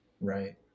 Right